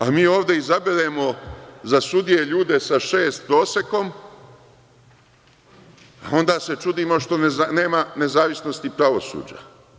A mi ovde izaberemo za sudije ljude sa šest prosekom, a onda se čudimo što nema nezavisnosti pravosuđa.